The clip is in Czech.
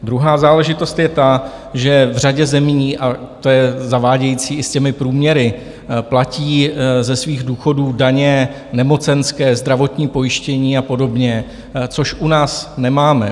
Druhá záležitost je ta, že v řadě zemí a to je zavádějící i s těmi průměry platí ze svých důchodů daně, nemocenské, zdravotní pojištění a podobně, což u nás nemáme.